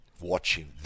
watching